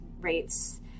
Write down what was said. rates